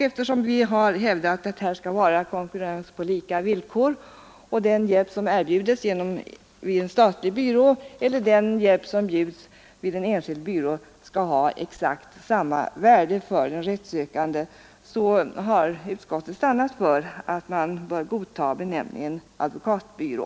Eftersom vi har hävdat att här skall råda konkurrens på lika villkor och att den hjälp som erbjuds vid en statlig byrå skall ha exakt samma värde för den rättssökande som den Nr 86 hjälp vilken erbjuds vid en enskild byrå, har utskottet stannat för att Onsdagen den godta benämningen advokatbyrå.